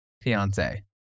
fiance